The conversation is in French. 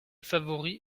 favori